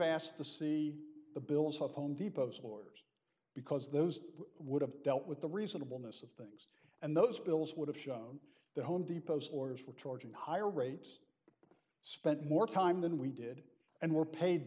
asked to see the bills of home depot's lawyers because those would have dealt with the reasonable miss of things and those bills would have shown that home depot stores were charging higher rates spent more time than we did and were paid